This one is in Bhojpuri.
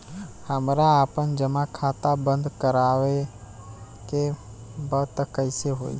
हमरा आपन जमा खाता बंद करवावे के बा त कैसे होई?